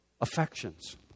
affections